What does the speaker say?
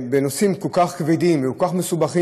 בנושאים כל כך כבדים וכל כך מסובכים,